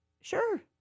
sure